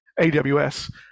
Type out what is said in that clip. aws